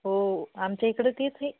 हो आमच्या इकडे तेच आहे